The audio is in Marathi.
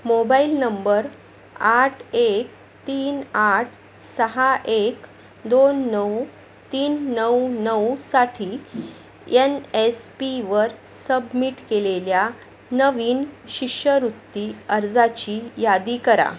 मोबाइल नंबर आठ एक तीन आठ सहा एक दोन नऊ तीन नऊ नऊसाठी यन एस पीवर सबमिट केलेल्या नवीन शिष्यवृत्ती अर्जाची यादी करा